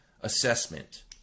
assessment